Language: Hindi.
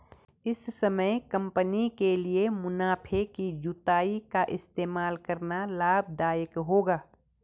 इस समय कंपनी के लिए मुनाफे की जुताई का इस्तेमाल करना लाभ दायक होगा